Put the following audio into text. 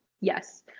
yes